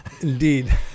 Indeed